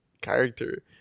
character